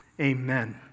Amen